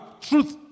Truth